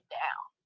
down